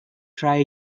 try